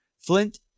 Flint